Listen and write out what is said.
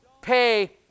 pay